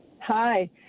Hi